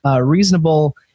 reasonable